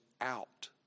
out